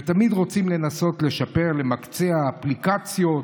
ותמיד רוצים לנסות לשפר, למקצע, אפליקציות,